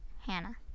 Hannah